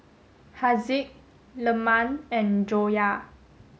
Haziq Leman and Joyah